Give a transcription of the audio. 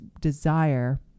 desire